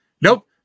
Nope